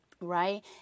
Right